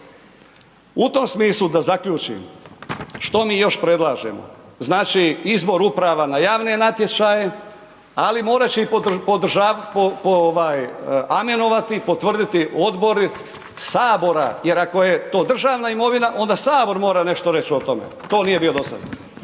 U tom smislu, da zaključim, što mi još predlažemo, znači izbor uprava na javne natječaje, ali morat će i podržavati, amenovati, potvrditi odbori Sabora, jer ako je to državna imovina, onda Sabor mora nešto reći o tome. To nije bilo do sad.